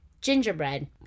gingerbread